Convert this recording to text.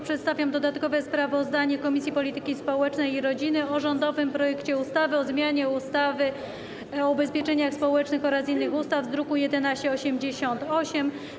Przedstawiam dodatkowe sprawozdanie Komisji Polityki Społecznej i Rodziny o rządowym projekcie ustawy o zmianie ustawy o ubezpieczeniach społecznych oraz innych ustaw z druku nr 1188.